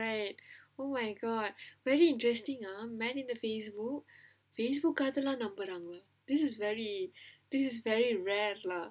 right oh my god very interesting ah met in the Facebook Facebook காதல்லாம் நம்புறாங்களா:kaathallaam namburaangalaa this is very this is very rare lah